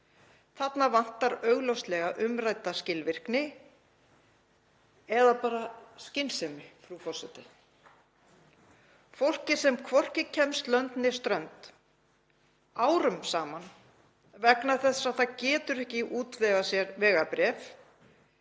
Þarna vantar augljóslega umrædda skilvirkni eða bara skynsemi, frú forseti. Fólki sem hvorki kemst lönd né strönd árum saman, vegna þess að það getur ekki útvegað sér vegabréf,